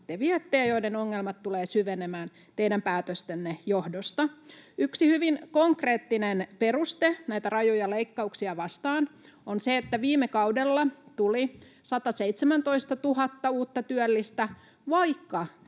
te viette ja joiden ongelmat tulevat syvenemään teidän päätöstenne johdosta? Yksi hyvin konkreettinen peruste näitä rajuja leikkauksia vastaan on se, että viime kaudella tuli 117 000 uutta työllistä, vaikka